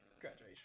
graduation